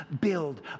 build